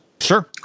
Sure